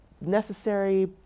necessary